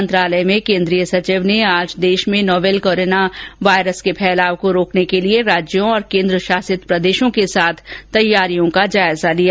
मंत्रालय में केन्द्रीय सचिव ने आज देश में नोवेल कोरोना वायरस के फैलाव को रोकने के लिए राज्यों और केन्द्रशासित प्रदेशों के साथ तैयारियों का जायजा लिया